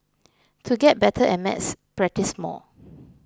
to get better at maths practise more